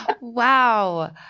Wow